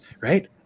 Right